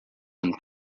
and